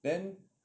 then